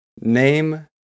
Name